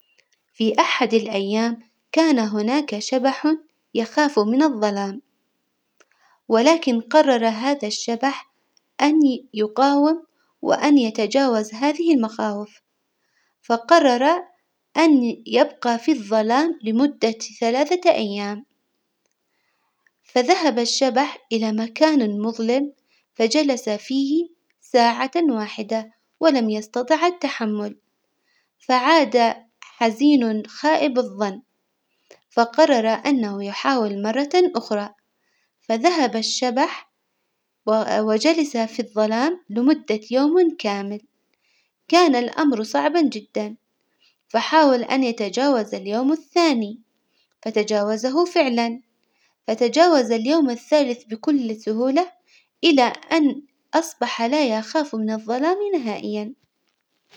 في أحد الأيام كان هناك شبح يخاف من الظلام، ولكن قرر هذا الشبح أن ي- يقاوم وأن يتجاوز هذه المخاوف، فقرر أن يبقى في الظلام ثلاثة أيام، فذهب الشبح إلى مكان مظلم فجلس فيه ساعة واحدة ولم يستطع التحمل، فعاد حزين خائب الظن، فقرر أنه يحاول مرة أخرى، فذهب الشبح وجلس في الظلام لمدة يوم كامل، كان الأمر صعبا جدا، فحاول أن يتجاوز اليوم الثاني، فتجاوزه فعلا، فتجاوز اليوم الثالث بكل سهولة إلى أن أصبح لا يخاف من الظلام نهائيا.